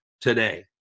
today